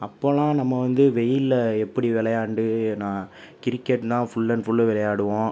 அப்போல்லாம் நம்ம வந்து வெயிலில் எப்படி விளையாண்டு நான் கிரிக்கெட்னால் ஃபுல் அண்ட் ஃபுல் விளையாடுவோம்